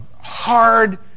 hard